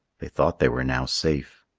they thought they were now safe.